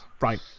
Right